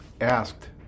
asked